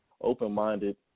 open-minded